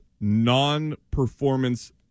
non-performance